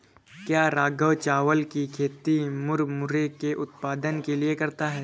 क्या राघव चावल की खेती मुरमुरे के उत्पाद के लिए करता है?